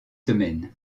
semaines